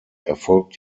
erfolgt